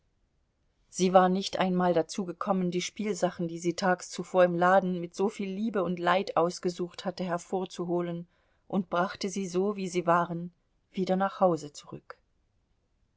sie war nicht einmal dazu gekommen die spielsachen die sie tags zuvor im laden mit so viel liebe und leid ausgesucht hatte hervorzuholen und brachte sie so wie sie waren wieder nach hause zurück